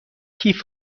کیف